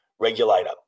Regulator